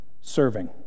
serving